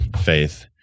faith